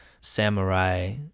Samurai